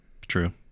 True